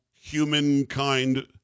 humankind